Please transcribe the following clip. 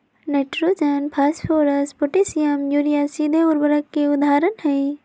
nitrogen, phosphorus, potassium, urea सीधे उर्वरक के उदाहरण हई